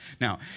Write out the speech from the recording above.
Now